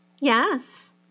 Yes